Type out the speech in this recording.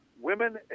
Women